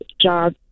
job